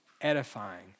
edifying